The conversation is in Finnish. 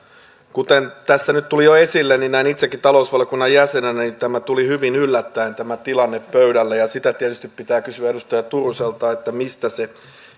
kuten tässä nyt tuli jo esille näin itsellenikin talousvaliokunnan jäsenenä tuli hyvin yllättäen tämä tilanne pöydälle ja sitä tietysti pitää kysyä edustaja turuselta mistä se